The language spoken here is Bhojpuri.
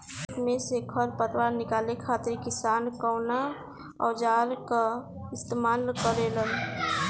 खेत में से खर पतवार निकाले खातिर किसान कउना औजार क इस्तेमाल करे न?